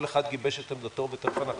כל אחד גיבש את עמדתו ותכף אנחנו